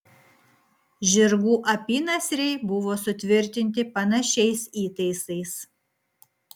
žirgų apynasriai buvo sutvirtinti panašiais įtaisais